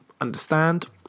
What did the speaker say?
understand